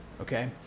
okay